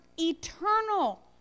eternal